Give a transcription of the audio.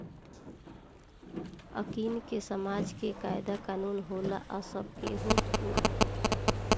एकनि के समाज के कायदा कानून होला आ सब केहू इ मानेला